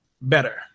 better